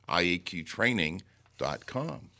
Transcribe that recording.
ieqtraining.com